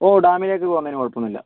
ഓ ഡാമിലേക്ക് പോകുന്നതിന് കുഴപ്പമൊന്നുമില്ല